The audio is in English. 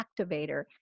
activator